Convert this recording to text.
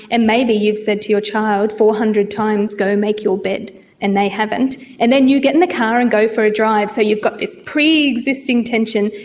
and maybe you've said to your child four hundred times, go make your bed and they haven't, and then you get in the car and go for a drive, so you've got this pre-existing tension,